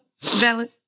Valid